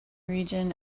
region